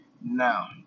Now